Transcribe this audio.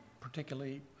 particularly